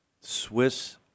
Swiss